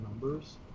numbers